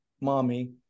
mommy